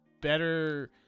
better